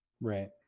Right